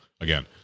again